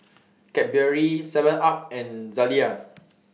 Cadbury Seven up and Zalia